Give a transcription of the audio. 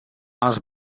els